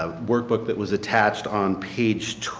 ah workbook that was attached on page